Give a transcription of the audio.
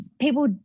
people